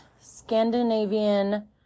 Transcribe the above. Scandinavian